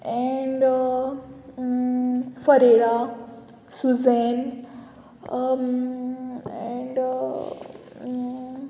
and Ferreira Suzanne and